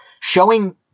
showing